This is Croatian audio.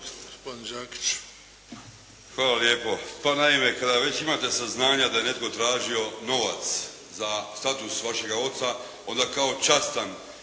Hvala lijepo. Pa naime, kada već imate saznanja da je netko tražio novac za status vašega oca onda kao častan